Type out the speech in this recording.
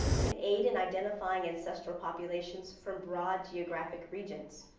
can aid in identifying ancestral populations from broad geographic regions.